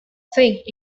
think